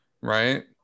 right